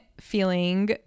feeling